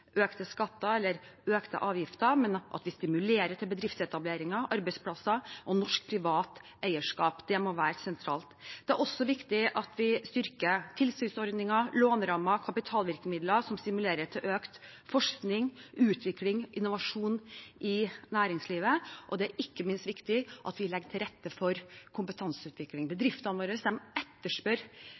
økte skatter eller økte avgifter, men at vi stimulerer til bedriftsetableringer, arbeidsplasser og norsk privat eierskap. Det må være sentralt. Det er også viktig at vi styrker tilskuddsordninger, lånerammer og kapitalvirkemidler som stimulerer til økt forskning, utvikling og innovasjon i næringslivet, og det er ikke minst viktig at vi legger til rette for kompetanseutvikling. Bedriftene våre etterspør